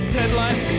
Deadlines